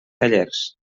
tallers